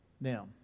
Now